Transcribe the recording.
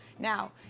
Now